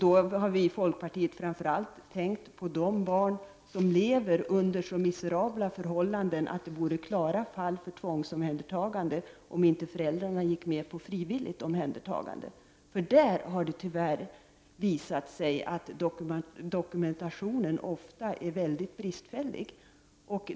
Då har vi i folkpartiet framför allt tänkt på de barn som lever under så miserabla förhållanden att de vore klara fall för tvångsomhändertagande om föräldrarna inte gick med på ett frivilligt omhändertagande. I detta avseende har det tyvärr visat sig att dokumentationen ofta är mycket bristfällig.